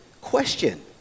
question